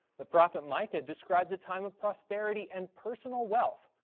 the prophet micah describes a time of prosperity and personal wealth,